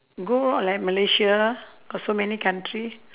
go like malaysia got so many country